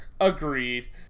agreed